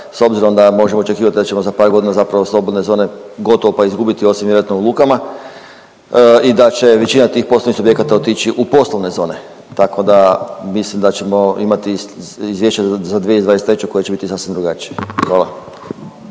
s obzirom da možemo očekivat da ćemo za par godina zapravo slobodne zone gotovo pa izgubiti osim vjerojatno u lukama i da će većina tih poslovnih subjekata otići u poslovne zone, tako da mislim da ćemo imati izvješća za 2023. koje će biti sasvim drugačije. Hvala.